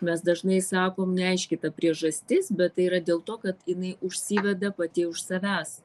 mes dažnai sakom neaiški ta priežastis bet tai yra dėl to kad jinai užsiveda pati už savęs